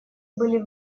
были